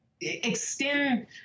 extend